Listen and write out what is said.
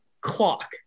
clock